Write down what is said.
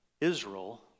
Israel